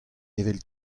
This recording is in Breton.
evel